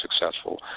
successful